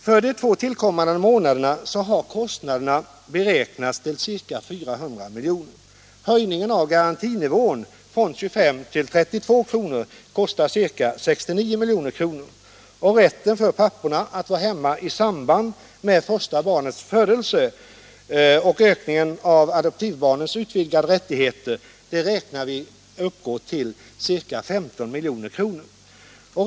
För de två tillkommande månaderna har kostnaderna beräknats till ca 400 milj.kr. Höjningen av garantinivån från 25 till 32 kr. kostar ungefär 69 milj.kr. Rätten för papporna att vara hemma i samband med det första barnets födelse samt adoptivbarnens ökade rättigheter räknar vi med kommer att kosta ca 15 milj.kr.